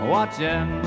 Watching